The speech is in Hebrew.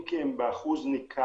אם כי הן באחוז ניכר,